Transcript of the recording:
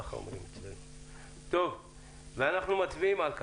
אנחנו מצביעים על כך.